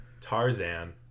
Tarzan